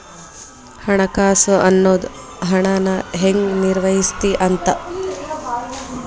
ಹಣಕಾಸು ಅನ್ನೋದ್ ಹಣನ ಹೆಂಗ ನಿರ್ವಹಿಸ್ತಿ ಅಂತ